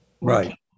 Right